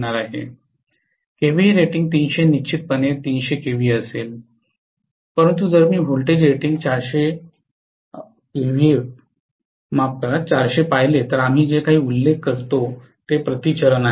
kVA rating 300 निश्चितपणे 300 KVA असेल परंतु जर मी व्होल्टेज रेटिंग 400 पाहिले तर आम्ही जे काही उल्लेख करतो ते प्रति चरण आहे